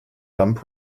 dumb